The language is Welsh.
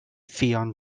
ffion